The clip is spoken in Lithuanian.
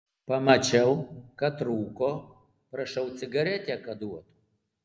pamačiau kad rūko prašau cigaretę kad duotų